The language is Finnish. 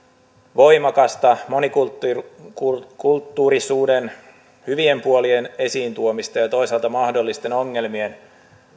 voimakasta monikulttuurisuuden hyvien puolien esiin tuomista ja ja toisaalta mahdollisten ongelmien